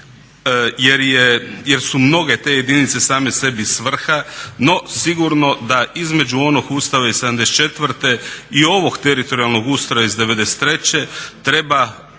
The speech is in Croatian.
jer su mnoge te jedinice same sebi svrha no sigurno da između onog Ustava iz '74. i ovog teritorijalnog ustroja iz '93. treba